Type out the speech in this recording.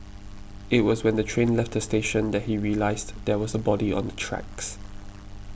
it was when the train left the station that he realised there was a body on the tracks